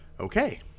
Okay